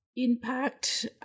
impact